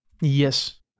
Yes